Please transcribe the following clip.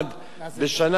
זה דבר טוב,